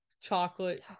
chocolate